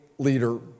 leader